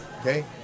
Okay